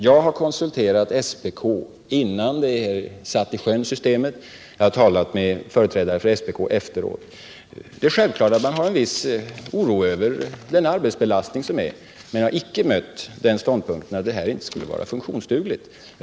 Jag har konsulterat SPK, innan vi började tillämpa detta system, och jag har talat med företrädare för SPK efteråt. Självklart hyser man en viss oro över arbetsbelastningen, men jag har inte mött den ståndpunkten att systemet inte skulle vara funktionsdugligt.